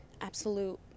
absolute